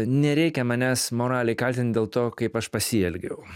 nereikia manęs moraliai kaltint dėl to kaip aš pasielgiau